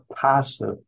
passive